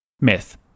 Myth